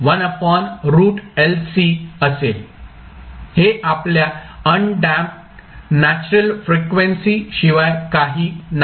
हे आपल्या undamped natural frequency शिवाय काही नाही